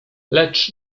lecz